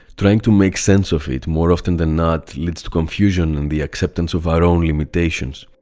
trying to make sense of it, more often than not, leads to confusion and the acceptance of our own limitations.